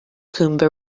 coombe